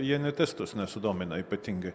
jie net estus nesudomina ypatingai